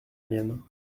mienne